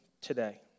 today